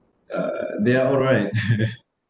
uh they are alright